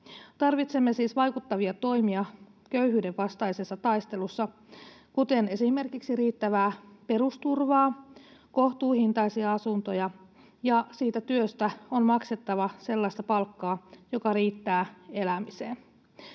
Tarvitsemme siis vaikuttavia toimia köyhyyden vastaisessa taistelussa, kuten esimerkiksi riittävää perusturvaa, kohtuuhintaisia asuntoja, ja siitä työstä on maksettava sellaista palkkaa, joka riittää elämiseen.